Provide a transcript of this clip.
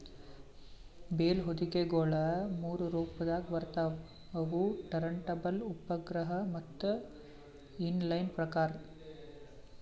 bale ಹೊದಿಕೆಗೊಳ ಮೂರು ರೊಪದಾಗ್ ಬರ್ತವ್ ಅವು ಟರಂಟಬಲ್, ಉಪಗ್ರಹ ಮತ್ತ ಇನ್ ಲೈನ್ ಪ್ರಕಾರ್